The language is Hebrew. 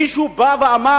מישהו בא ואמר,